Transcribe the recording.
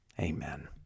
Amen